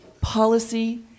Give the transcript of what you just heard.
policy